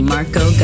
Marco